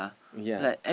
ya